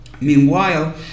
Meanwhile